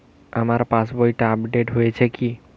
আমার পাশবইটা আপডেট হয়েছে কি?